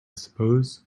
suppose